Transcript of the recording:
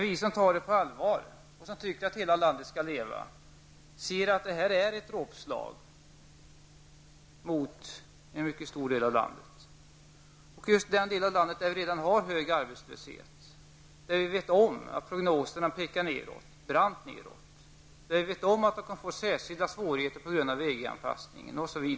Vi som tar frågan på allvar och som tycker att hela landet skall leva inser emellertid att detta innebär ett dråpslag mot en mycket stor del av landet. Det gäller just den del av landet där vi redan har en hög arbetslöshet och där prognoserna pekar brant nedåt. Det gäller den del av landet som kan få särskilda svårigheter på grund av EG anpassningen.